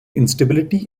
instability